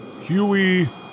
Huey